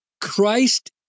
Christ